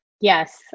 Yes